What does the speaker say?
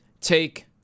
take